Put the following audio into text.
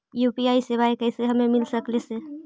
UPI सेवाएं कैसे हमें मिल सकले से?